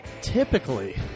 typically